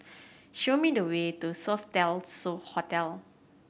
show me the way to Sofitel So Hotel